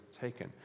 taken